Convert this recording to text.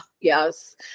yes